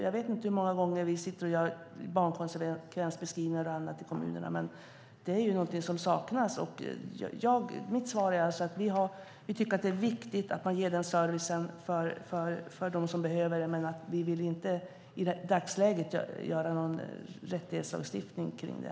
Jag vet inte hur många gånger vi gör barnkonsekvensbeskrivningar och annat i kommunerna, men det är någonting som saknas. Mitt svar är alltså att vi tycker att det är viktigt att man ger den servicen till dem som behöver den. Men vi vill inte i dagsläget göra någon rättighetslagstiftning kring det.